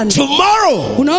tomorrow